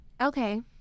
okay